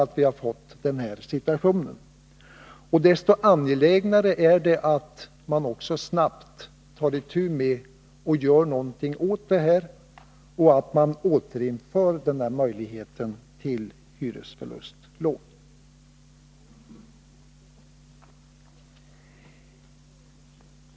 Det är därför mycket angeläget att man också snabbt tar itu med detta och återinför möjligheten till erhållande av hyresförlustlån.